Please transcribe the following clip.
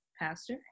pastor